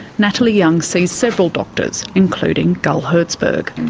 natalie young sees several doctors, including gull herzberg.